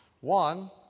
One